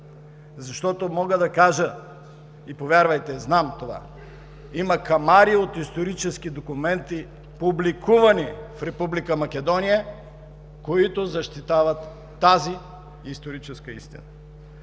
Защото мога да кажа, и повярвайте, знам това, има камари от исторически документи, публикувани в Република Македония, които защитават тази историческа истина.